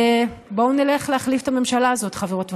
בואו נלך להחליף את הממשלה הזאת, חברות וחברים.